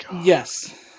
Yes